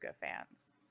fans